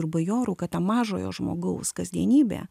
ir bajorų kad ta mažojo žmogaus kasdienybė